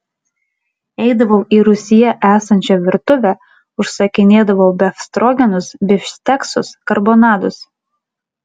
eidavau į rūsyje esančią virtuvę užsakinėdavau befstrogenus bifšteksus karbonadus